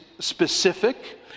specific